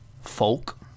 Folk